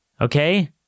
Okay